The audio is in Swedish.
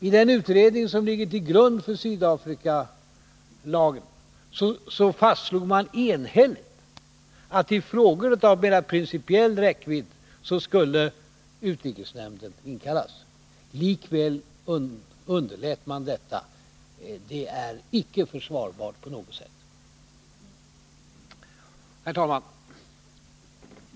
I den utredning som låg till grund för Sydafrikalagen fastslogs enhälligt att i frågor av mera principiell räckvidd skulle utrikesnämnden inkallas. Likväl underlät man detta. Det är icke försvarbart på något sätt. Herr talman!